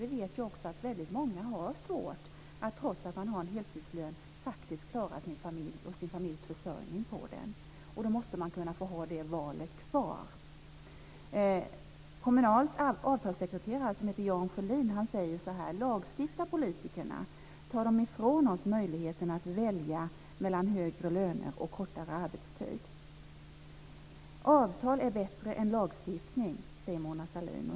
Vi vet att väldigt många har svårt att trots att de har heltidslön klara sin familj och sin familjs försörjning på den. Då måste man kunna få ha det valet kvar. Kommunals avtalssekreterare Jan Sjölin säger: Lagstiftar politikerna tar de ifrån oss möjligheten att välja mellan högre löner och kortare arbetstid. Avtal är bättre än lagstiftning, säger Mona Sahlin.